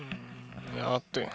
ah 对